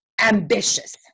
ambitious